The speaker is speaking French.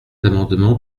amendement